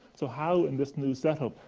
so how, in this new set up,